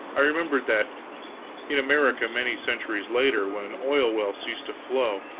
i remembered that in america, many centuries later, when an oil well ceased to flow,